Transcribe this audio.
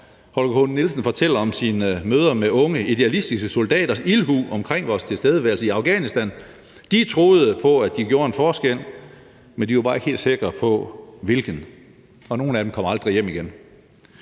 Holger K. Nielsen fortæller om sine møder med unge idealistiske soldaters ildhu omkring vores tilstedeværelse i Afghanistan. De troede på, at de gjorde en forskel, men de var bare ikke helt sikre på hvilken – og nogle af dem kom aldrig hjem igen.